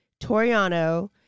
Toriano –